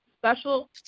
special